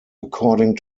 according